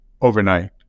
overnight